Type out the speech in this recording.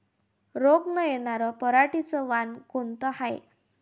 रोग न येनार पराटीचं वान कोनतं हाये?